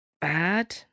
bad